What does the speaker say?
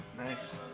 Nice